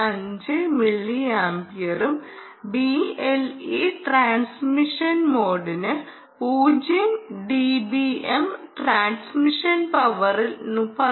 5 മില്ലിയാംപിയറും BLE transmission മോഡിന് 0 dBm transmission പവറിൽ 13